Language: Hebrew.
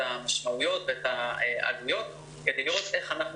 את המשמעויות ואת העלויות כדי לראות איך אנחנו